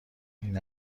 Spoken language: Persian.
این